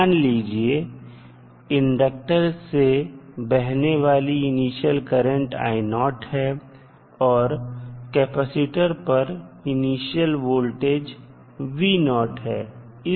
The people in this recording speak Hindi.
मान लीजिए इंडक्टर से बहने वाली इनिशियल करंटहै और कैपेसिटर पर इनीशियन वोल्टेज है